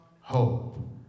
hope